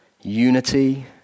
unity